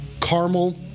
caramel